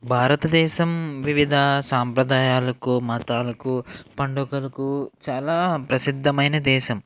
భారతదేశం వివిధ సాంప్రదాయాలకు మతాలకు పండగలకు చాలా ప్రసిద్ధమైన దేశం